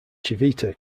civita